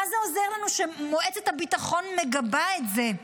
מה זה עוזר לנו שמועצת הביטחון מגבה את זה?